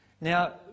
Now